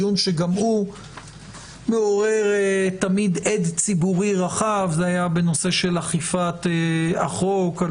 דיון שגם הוא מעורר תמיד הד ציבורי רחב והוא היה בנושא אכיפת החוק על